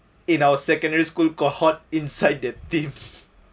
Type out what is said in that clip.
in our secondary school got hot inside the team